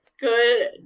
Good